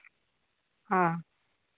ᱦᱮᱸ